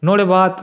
नुहाड़े बाद